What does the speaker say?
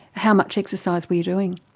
how much exercise were you doing?